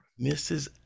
Mrs